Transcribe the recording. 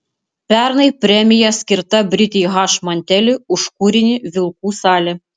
pernai premija paskirta britei h manteli už kūrinį vilkų salė